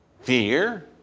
fear